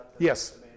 Yes